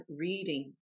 reading